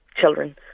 children